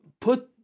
put